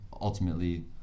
Ultimately